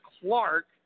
Clark